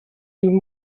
even